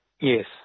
Yes